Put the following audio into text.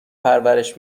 پرورش